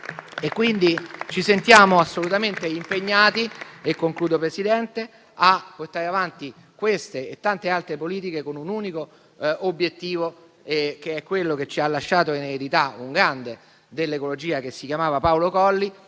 Ci sentiamo assolutamente impegnati a portare avanti queste e tante altre politiche con un unico obiettivo, che è quello che ci ha lasciato in eredità un grande dell'ecologia, Paolo Colli,